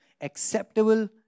acceptable